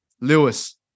lewis